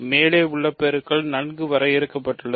மேலே உள்ள பெருக்கல் நன்கு வரையறுக்கப்பட்டுள்ளது